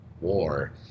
war